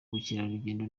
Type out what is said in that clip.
bakerarugendo